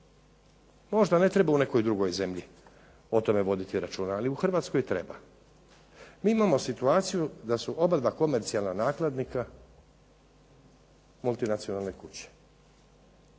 Možda ne treba u nekoj drugoj zemlji o tome voditi računa, ali u Hrvatskoj treba. Mi imamo situaciju da su obadva komercijalna nakladnika multinacionalne kuće